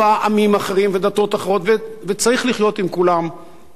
אחרים ודתות אחרות וצריך לחיות עם כולם בשלום.